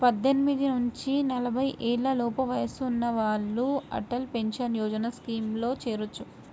పద్దెనిమిది నుంచి నలభై ఏళ్లలోపు వయసున్న వాళ్ళు అటల్ పెన్షన్ యోజన స్కీమ్లో చేరొచ్చు